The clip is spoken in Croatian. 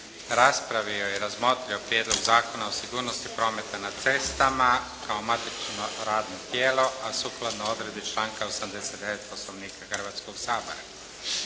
raspravio je i razmotrio Prijedlog zakona o sigurnosti prometa na cestama kao matično radno tijelo, a sukladno odredbi članka 89. Poslovnika Hrvatskog sabora.